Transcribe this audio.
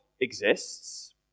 exists